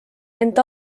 ent